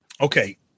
Okay